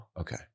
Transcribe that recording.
Okay